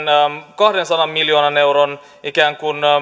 kahdensadan miljoonan euron ikään kuin